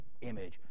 image